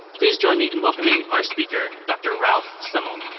please join me in welcoming our speaker, dr. ralph semmel.